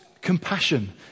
compassion